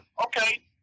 Okay